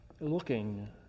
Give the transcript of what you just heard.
Looking